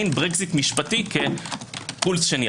מעין ברקס משפטי כפולס שני.